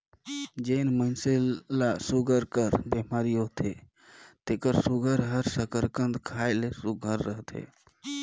जेन मइनसे ल सूगर कर बेमारी होथे तेकर सूगर हर सकरकंद खाए ले सुग्घर रहथे